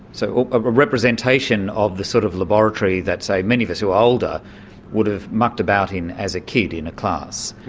so a representation of the sort of laboratory that, say, many of us who are older would have mucked about in as a kid in a class.